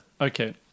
Okay